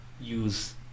use